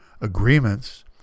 agreements